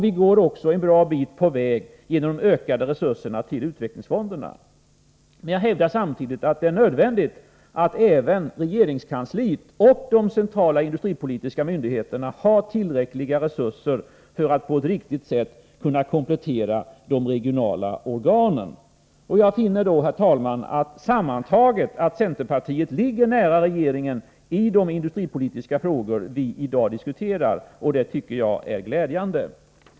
Vi går också en bra bit på vägen genom ökningen av resurserna till utvecklingsfonderna. Men jag hävdar samtidigt att det är nödvändigt att även regeringskansliet och de centrala industripolitiska myndigheterna har tillräckliga resurser för att på ett riktigt sätt kunna komplettera de regionala organen. Jag finner då, herr talman, att centerpartiet sammantaget ligger nära regeringen i de industripolitiska frågor vi i dag diskuterar. Det tycker jag är glädjande.